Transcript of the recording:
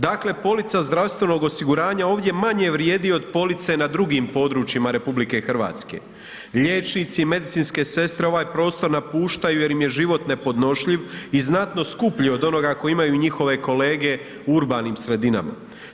Dakle, polica zdravstvenog osiguranja ovdje manje vrijedi od police na drugim područjima RH, liječnici i medicinske sestre ovaj prostor napuštaju jer im je život nepodnošljiv i znatno skuplji od onoga koji imaju njihove kolege u urbanim sredinama.